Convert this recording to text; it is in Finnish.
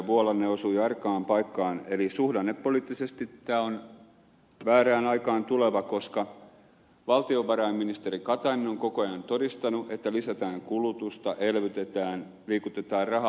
vuolanne osui arkaan paikkaan eli suhdannepoliittisesti tämä on väärään aikaan tuleva koska valtiovarainministeri katainen on koko ajan todistanut että lisätään kulutusta elvytetään liikutetaan rahaa